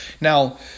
Now